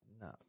No